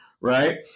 right